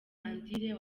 andire